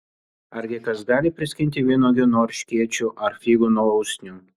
argi kas gali priskinti vynuogių nuo erškėčių ar figų nuo usnių